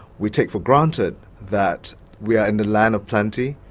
we take for granted that we are in the land of plenty.